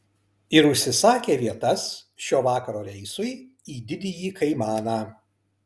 ir užsisakė vietas šio vakaro reisui į didįjį kaimaną